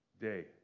day